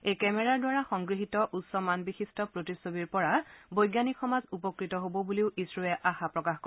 এই কেমেৰাৰ দ্বাৰা সংগৃহিত উচ্চ মানবিশিষ্ট প্ৰতিচ্ছবিৰ পৰা বৈজ্ঞানিক সমাজ উপকৃত হব বুলিও ইছৰোৱে আশা প্ৰকাশ কৰে